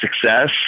success